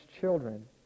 children